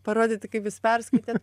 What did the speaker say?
parodyti kaip jūs perskaitėt